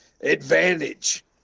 advantage